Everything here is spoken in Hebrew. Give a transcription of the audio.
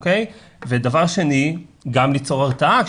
ודבר שני גם ליצור הרתעה.